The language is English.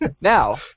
Now